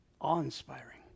awe-inspiring